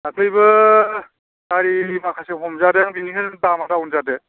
दाख्लैबो गारि माखासे हमजादों बेनिखायनो दामा डाउन जादों